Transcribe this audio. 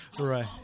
Right